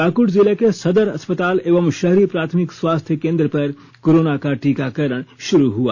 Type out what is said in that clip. पाकुड़ जिले के सदर अस्पताल एवं शहरी प्राथमिक स्वास्थ्य केंद्र पर कोरोना का टीकाकरण शुरू हुआ